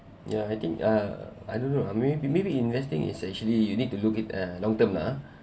yeah I think uh I don't know ah maybe maybe investing is actually you need to look it uh long term ah